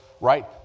Right